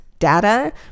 data